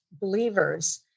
believers